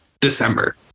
December